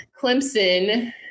Clemson